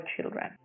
children